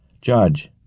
Judge